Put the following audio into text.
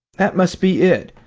that must be it.